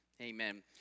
Amen